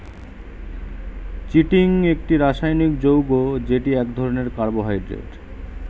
chitin একটি রাসায়নিক যৌগ্য যেটি এক ধরণের কার্বোহাইড্রেট